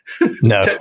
No